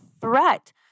threat